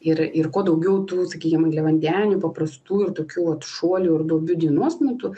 ir ir kuo daugiau tų sakykim angliavandenių paprastų ir tokių šuolių ir duobių dienos metu